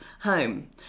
home